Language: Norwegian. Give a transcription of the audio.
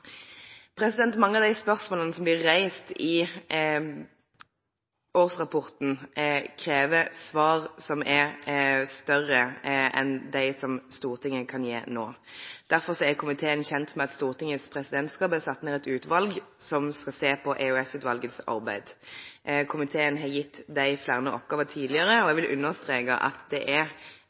Mange av de spørsmålene som blir reist i årsrapporten, krever svar som er større enn dem som Stortinget kan gi nå. Derfor er komiteen kjent med at Stortingets presidentskap har satt ned et utvalg som skal se på EOS-utvalgets arbeid. Komiteen har gitt dem flere oppgaver tidligere, og jeg vil understreke at det er